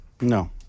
No